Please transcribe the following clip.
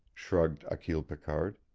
shrugged achille picard,